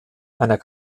einer